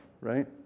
right